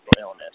illness